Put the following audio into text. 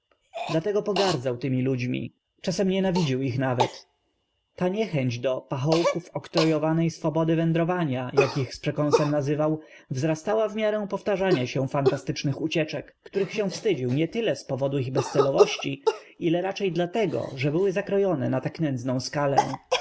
latego pogardzał tym i ludźm i czasem nienawidził ich nawet ta niechęć do pachołków oktrojowanej swobody wędrowania jak ich z przekąsem nazywał wzrastała w miarę powtarzania się fantastycznych ucieczek których się wstydził nie tyle z powodu ich bezcelowości ile raczej dlatego że były zakro jone na tak nędzną skalę